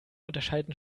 unterscheiden